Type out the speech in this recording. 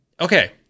Okay